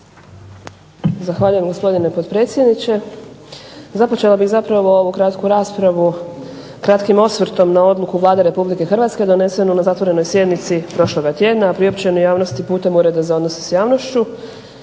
Zahvaljujem gospodine potpredsjedniče. Započela bih zapravo ovu kratku raspravu kratkim osvrtom na odluku Vlade RH donesenu na zatvorenoj sjednici prošloga tjedna, a priopćenu javnosti putem Ureda za odnose s javnošću.